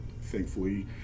thankfully